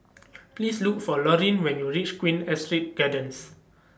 Please Look For Laureen when YOU REACH Queen Astrid Gardens